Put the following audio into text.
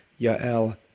Ya'el